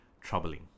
Troubling